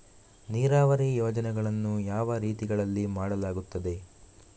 ನೀರಾವರಿ ಯೋಜನೆಗಳನ್ನು ಯಾವ ರೀತಿಗಳಲ್ಲಿ ಮಾಡಲಾಗುತ್ತದೆ?